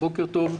בוקר טוב.